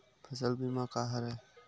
फसल बीमा का हरय?